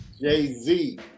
jay-z